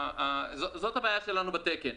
זאת הבעיה שלנו בתקן,